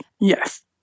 Yes